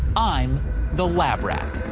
i'm the lab rat.